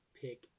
pick